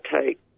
take